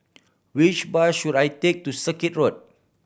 which bus should I take to Circuit Road